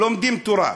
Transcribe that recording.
לומדים תורה.